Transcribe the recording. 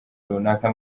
runaka